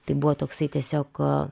tai buvo toksai tiesiog